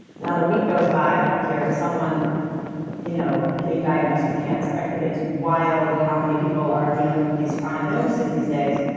not a week goes by i don't hear of someone you know getting diagnosed with cancer i think it's wild how many people are dealing with these chronic illnesses these days,